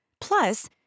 plus